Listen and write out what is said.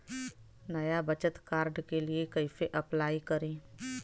नया बचत कार्ड के लिए कइसे अपलाई करी?